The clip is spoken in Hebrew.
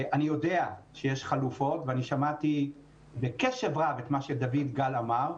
אני יודע שיש חלופות ואני שמעתי בקשב רב את מה שדויד גל אמר.